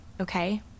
okay